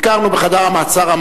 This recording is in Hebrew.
ביקרנו בחדר המעצר.